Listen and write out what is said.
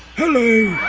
who knew